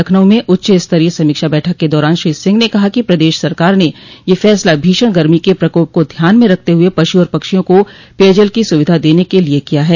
लखनऊ में उच्च स्तरीय समीक्षा बैठक के दौरान श्री सिंह ने कहा कि प्रदेश सरकार ने यह फसला भीषण गर्मी के प्रकोप को ध्यान में रखते हुए पशु और पक्षियों को पेयजल की सुविधा देने को लिये किया है